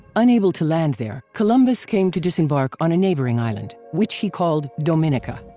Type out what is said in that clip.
unable to land there, columbus came to disembark on a neighboring island, which he called dominica.